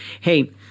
Hey